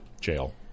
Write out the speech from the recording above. Jail